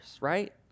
right